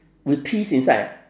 with peas inside ah